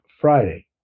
Friday